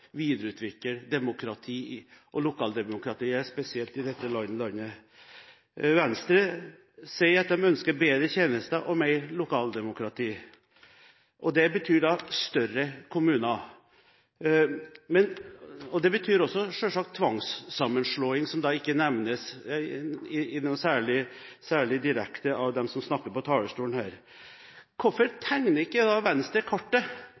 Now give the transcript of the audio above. og spesielt lokaldemokratiet i dette landet. Venstre sier at de ønsker bedre tjenester og mer lokaldemokrati. Det betyr større kommuner. Det betyr også selvsagt tvangssammenslåing, som ikke nevnes særlig direkte av dem som står på talerstolen her. Hvorfor